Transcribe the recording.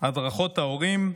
הדרכות ההורים,